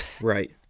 Right